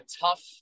tough